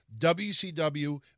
WCW